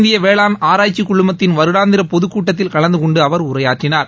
இந்திய வேளான் ஆராய்ச்சிக்குழுமத்தின் வருடாந்திர பொதுக் கூட்டத்தில் கலந்தகொண்டு அவர் உரையாற்றினார்